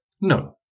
No